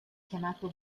chiamato